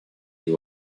you